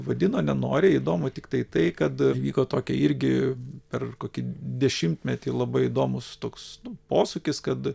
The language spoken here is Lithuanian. vadino nenoriai įdomu tiktai tai kad į vyko tokia irgi per kokį dešimtmetį labai įdomūs toks posūkis kad